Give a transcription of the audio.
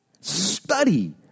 Study